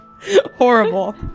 Horrible